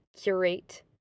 curate